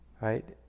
right